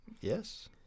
Yes